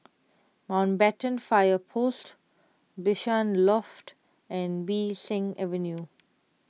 Mountbatten Fire Post Bishan Loft and Bee San Avenue